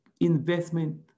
investment